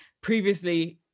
previously